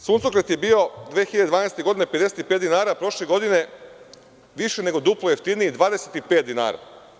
Suncokret je bio 2012. godine 55 dinara, prošle godine je više nego duplo jeftiniji 25 dinara.